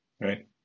right